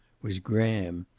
was graham.